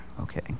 Okay